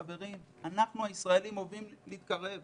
חברים, אנחנו הישראלים אוהבים להתקרב.